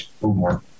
more